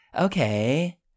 okay